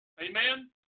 Amen